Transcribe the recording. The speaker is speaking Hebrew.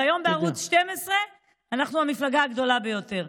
והיום בערוץ 12 אנחנו המפלגה הגדולה ביותר,